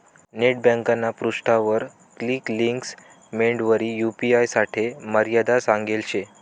net ब्यांकना पृष्ठावर quick links मेंडवरी यू.पी.आय साठे मर्यादा सांगेल शे